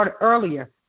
earlier